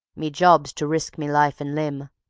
me job's to risk me life and limb,